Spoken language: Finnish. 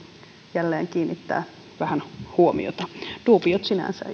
jälleen kiinnittää vähän huomiota duubiot ovat sinänsä